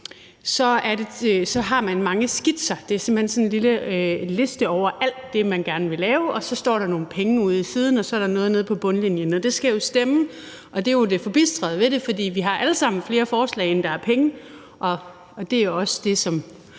har mange skitser; det er simpelt hen sådan en lille liste over alt det, man gerne vil lave. Så står der nogle penge ude i siden, og så er der noget nede på bundlinjen. Det skal jo stemme, og det er det forbistrede ved det, for vi har alle sammen flere forslag, end der er penge, og det er også den